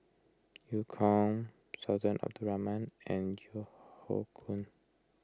Eu Kong Sultan Abdul Rahman and Keo Hoe Koon